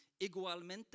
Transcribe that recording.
Igualmente